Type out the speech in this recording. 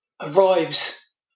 arrives